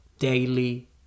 Daily